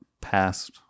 past